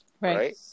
right